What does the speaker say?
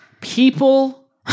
People